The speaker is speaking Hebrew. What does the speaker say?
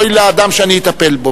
אוי לאדם שאני אטפל בו,